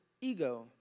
ego